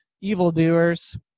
evildoers